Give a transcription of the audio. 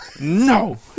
no